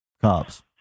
cops